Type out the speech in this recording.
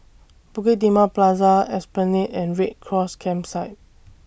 Bukit Timah Plaza Esplanade and Red Cross Campsite